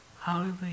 Hallelujah